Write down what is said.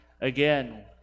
again